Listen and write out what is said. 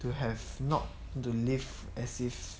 to have not to live as if